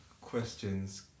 questions